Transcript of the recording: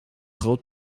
groot